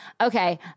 okay